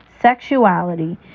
sexuality